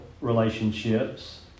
relationships